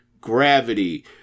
Gravity